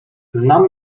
znam